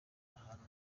ahantu